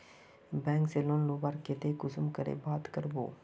Bank से loan लुबार केते कुंसम करे बात करबो?